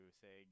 say